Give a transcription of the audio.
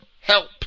help